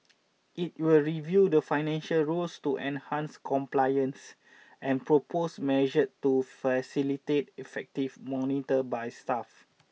it will review the financial rules to enhance compliance and propose measure to facilitate effective monitor by staff